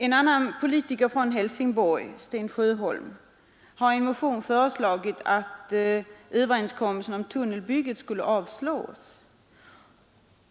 En annan politiker från Helsingborg, Sten Sjöholm, har i motion föreslagit att överenskommelsen om tunnelbygget skulle avslås.